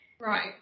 right